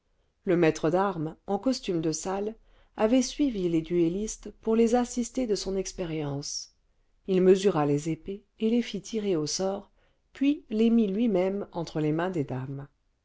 le maître d'armes en costume de salle avait suivi les duellistes pour les assister de son expérience il mesura les épées et les fit tirer au sort puis les mît lui-même entre les mains des dames